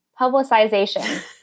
Publicization